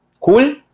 cool